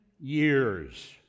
years